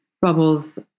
bubbles